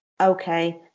okay